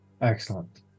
Excellent